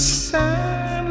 sun